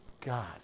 God